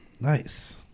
Nice